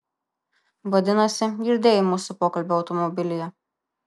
vadinasi girdėjai mūsų pokalbį automobilyje